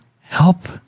help